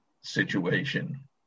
situation